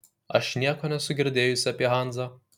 aš nieko nesu girdėjusi apie hanzą